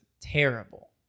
terrible